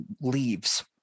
leaves